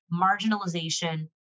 marginalization